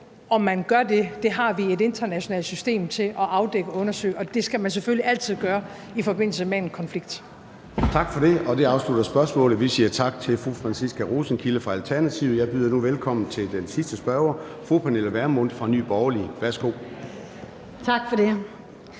om man gør det. Det har vi et internationalt system til at afdække og undersøge, og det skal man selvfølgelig altid gøre i forbindelse med en konflikt. Kl. 14:11 Formanden (Søren Gade): Tak for det. Det afslutter spørgsmålet, og vi siger tak til fru Franciska Rosenkilde fra Alternativet. Jeg byder nu velkommen til den sidste spørger, fru Pernille Vermund fra Nye Borgerlige. Værsgo. Kl.